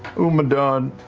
umadon,